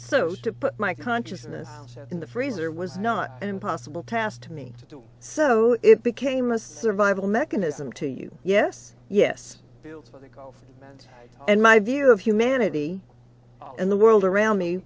so to put my consciousness in the freezer was not an impossible task to me to do so it became a survival mechanism to you yes yes i think of that and my view of humanity and the world around me